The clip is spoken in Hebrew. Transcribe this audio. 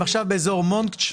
הם עכשיו באזור מונקאץ'.